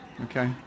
Okay